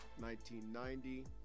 1990